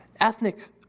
Ethnic